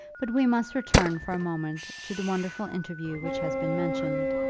but we must return for a moment to the wonderful interview which has been mentioned.